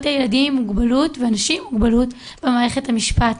הילדים עם מוגבלות ואנשים עם מוגבלות במערכת המשפט.